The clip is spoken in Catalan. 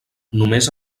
només